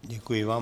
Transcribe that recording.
Děkuji vám.